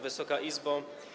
Wysoka Izbo!